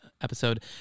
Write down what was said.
episode